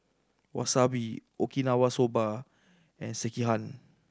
Wasabi Okinawa Soba and Sekihan